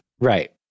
Right